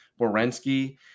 Borensky